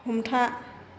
हमथा